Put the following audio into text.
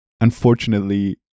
unfortunately